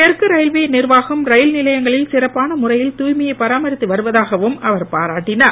தெற்கு ரயில்வே நிர்வாகம் ரயில் நிலையங்களில் சிறப்பான முறையில் தூய்மையை பராமரித்து வருவதாகவும் அவர் பாராட்டினார்